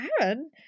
Aaron